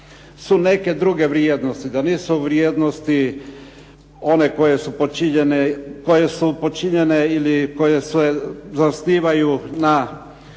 su neke druge vrijednosti, da nisu vrijednosti one koje u počinjene ili koje se zasnivaju na